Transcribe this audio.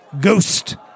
ghost